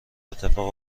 اتفاق